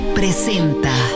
presenta